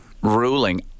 ruling